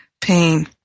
pain